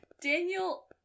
Daniel